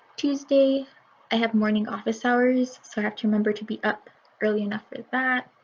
tuesday i have morning office hours so i have to remember to be up early enough for that.